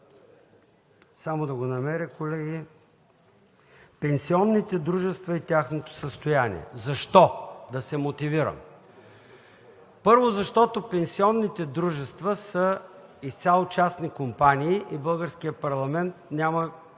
„Пенсионните дружества и тяхното състояние“. Защо? Да се мотивирам. Първо, защото пенсионните дружества са изцяло частни компании и българският парламент няма как да се занимава